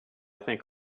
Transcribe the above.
think